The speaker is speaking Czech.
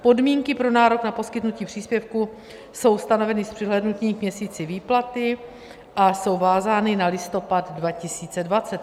Podmínky pro nárok na poskytnutí příspěvku jsou stanoveny s přihlédnutím k měsíci výplaty a jsou vázány na listopad 2020.